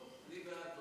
טוב, אני בעד.